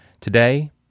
Today